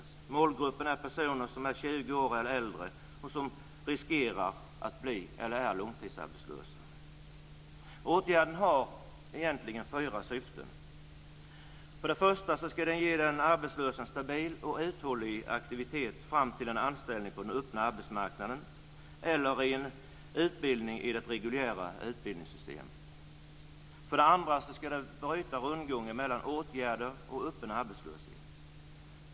Målgruppen är personer som är 20 år eller äldre och som är eller riskerar att bli långtidsarbetslösa. Aktivitetsgarantin har egentligen fyra syften: För det första ska den ge den arbetslöse en stabil och uthållig aktivitet fram till en anställning på den öppna marknaden eller till en utbildning i det reguljära utbildningssystemet. För det andra ska den bryta rundgången mellan åtgärder och öppen arbetslöshet.